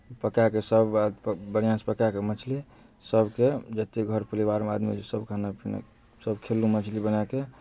पकाए कऽ सभ बढ़िआँसँ पकाए कऽ मछलीसभके जतेक घर परिवारमे आदमी रहै छै सभ खाना पीना खेलहुँ सभ मछली बनाए कऽ